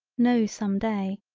no some day.